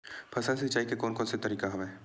फसल सिंचाई के कोन कोन से तरीका हवय?